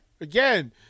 again